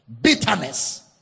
bitterness